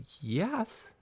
Yes